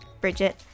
Bridget